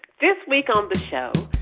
this week on the show,